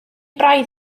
braidd